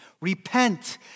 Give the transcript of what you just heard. Repent